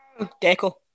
Deco